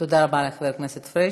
תודה רבה לחבר הכנסת פריג'.